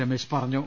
രമേശ് പറഞ്ഞു